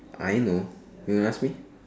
I know you want ask me